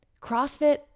CrossFit